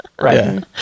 Right